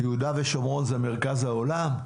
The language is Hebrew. יהודה ושומרון זה מרכז העולם?